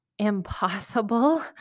impossible